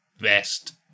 best